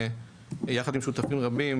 ביחד עם שותפים רבים,